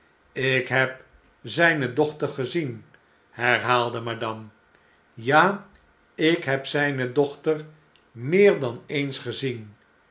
ik heb zijne dochttfgezien herhaalde madame ja ik heb zijne dochter meer dan eens gezien